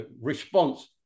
response